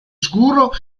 scuro